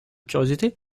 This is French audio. curiosité